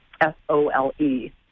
S-O-L-E